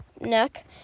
neck